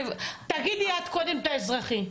תגידי את קודם את האזרחי.